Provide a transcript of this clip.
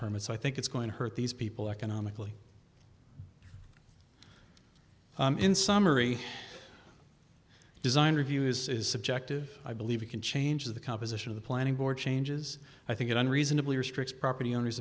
permit so i think it's going to hurt these people economically in summary design review is subjective i believe it can change the composition of the planning board changes i think it unreasonably restricts property owners